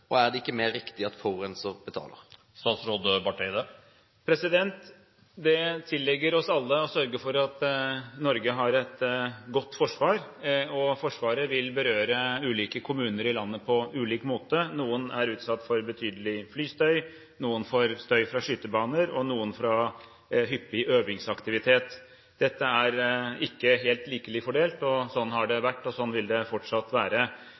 og er det ikke mer riktig at forurenser betaler?» Det tilligger oss alle å sørge for at Norge har et godt forsvar, og Forsvaret vil berøre ulike kommuner i landet på ulik måte. Noen er utsatt for betydelig flystøy, noen får støy fra skytebaner og noen fra hyppig øvingsaktivitet. Dette er ikke helt likelig fordelt, men sånn har det vært, og sånn vil det fortsatt være.